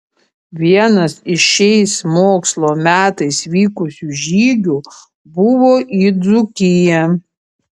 vienas iš šiais mokslo metais vykusių žygių buvo į dzūkiją